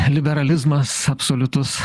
liberalizmas absoliutus